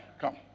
come